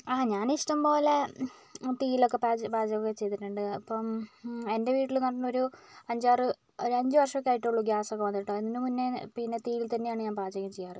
ആ ഞാന് ഇഷ്ടം പോലെ തീയിൽ ഒക്കെ പാചകം ചെയ്തിട്ടുണ്ട് അപ്പം എന്റെ വിട്ടില് പറഞ്ഞാല് ഒരു അഞ്ചാറ് ഒരു അഞ്ചു വര്ഷം ഒക്കെ ആയിട്ടുള്ളൂ ഗ്യാസ് ഒക്കെ വന്നിട്ട് അതിന്റെ മുന്നേ പിന്നെ തീയിൽ തന്നെയാണ് ഞാന് പാചകം ചെയ്യാറ്